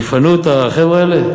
יפנו את החבר'ה האלה,